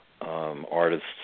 artists